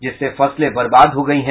जिससे फसलें बर्बाद हो गयी हैं